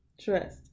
Trust